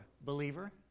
believer